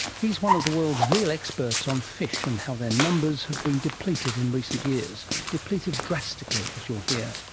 he is one of the world's real experts on fish and how their numbers have been depleted in recent years depleted dramatically as you will hear.